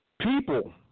people